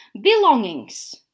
Belongings